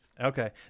Okay